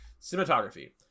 Cinematography